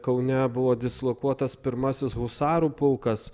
kaune buvo dislokuotas pirmasis husarų pulkas